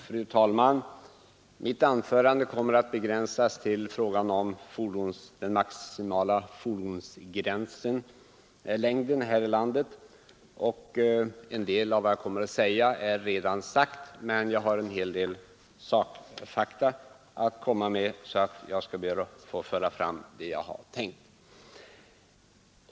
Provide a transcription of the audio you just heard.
Fru talman! Mitt anförande kommer att begränsas till frågan om den maximala längden för fordon här i landet. En del av vad jag kommer att säga är redan sagt, men då jag har en hel del sakuppgifter att komma med, ber jag att få framföra det jag tänkt.